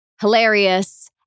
hilarious